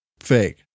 Fake